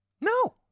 No